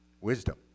Wisdom